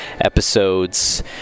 episodes